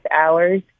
hours